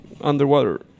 underwater